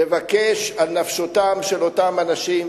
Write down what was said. לבקש על נפשותם של אותם אנשים,